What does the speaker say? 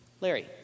Larry